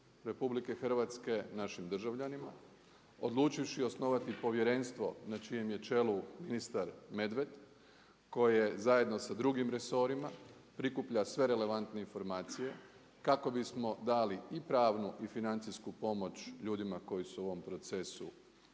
pomoć RH našim državljanima, odlučivši osnovati povjerenstvo na čijem je čelu ministar Medved koji je zajedno sa drugim resorima prikuplja sve relevantne informacije kako bismo dali pravnu i financijsku pomoć ljudi koji su u ovom procesu